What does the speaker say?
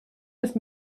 ist